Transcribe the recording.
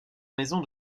maison